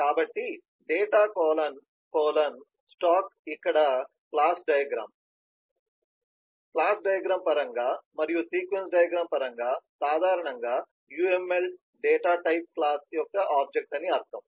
కాబట్టి data colon colon stack ఇక్కడ class diagram పరంగా మరియు సీక్వెన్స్ డయాగ్రమ్ పరంగా సాధారణంగా UML డేటా టైప్ క్లాస్ యొక్క ఆబ్జెక్ట్ అని అర్థం